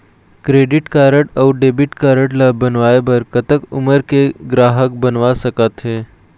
Credit card अऊ debit card ला बनवाए बर कतक उमर के ग्राहक बनवा सका थे?